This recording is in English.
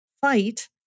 fight